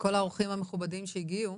וכל האורחים המכובדים שהגיעו